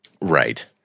Right